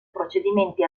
procedimenti